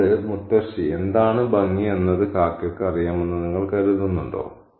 അതുകൊണ്ട് മുത്തശ്ശി എന്താണ് ഭംഗിയെന്നത് കാക്കയ്ക്ക് അറിയാമെന്ന് നിങ്ങൾ കരുതുന്നുണ്ടോ